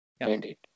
Indeed